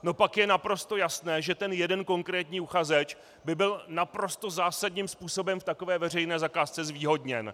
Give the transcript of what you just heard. No pak je naprosto jasné, že jeden konkrétní uchazeč by byl naprosto zásadním způsobem v takové veřejné zakázce zvýhodněn.